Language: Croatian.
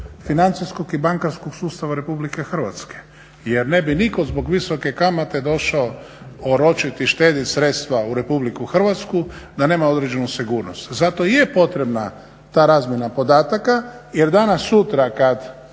financijskog i bankarskog sustava RH. Jer ne bi nitko zbog visoke kamate došao oročiti i štediti sredstva u RH da nema određenu sigurnost. Zato je potrebna ta razmjena podataka jer danas sutra kad